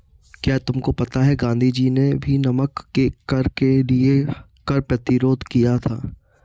क्या तुमको पता है गांधी जी ने भी नमक के कर के लिए कर प्रतिरोध किया था